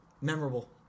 memorable